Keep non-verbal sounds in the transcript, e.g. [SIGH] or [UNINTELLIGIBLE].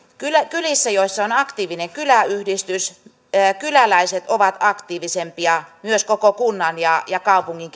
kylissä joissa on aktiivinen kyläyhdistys kyläläiset ovat aktiivisempia myös koko kunnan ja ja kaupungin [UNINTELLIGIBLE]